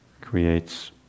creates